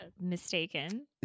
Mistaken